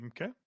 Okay